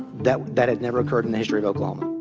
that that had never occurred in the history of oklahoma